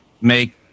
make